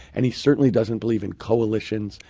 and he certainly doesn't believe in coalitions,